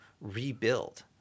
rebuild